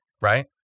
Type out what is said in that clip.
Right